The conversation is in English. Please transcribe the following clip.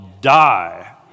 die